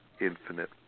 infinite